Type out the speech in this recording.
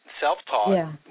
self-taught